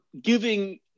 giving